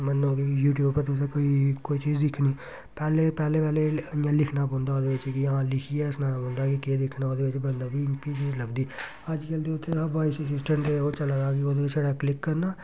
मन्नो कि YouTube उप्पर तुसें कोई कोई चीज़ दिक्खनी पैह्ले पैह्ले पैह्ले पैह्ले इ'यां लिखना पौंदा ओह्दे बिच्च कि हां लिखियै सनाना पौंदा ही कि केह् दिक्खना ओह्दे बिच्च बंदा कि ओह्की चीज़ लभदी अज्जकल उत्थै वायस असिटेंट सिस्टम ओह् चला दा कि ओह्दे च छड़ा क्लिक करना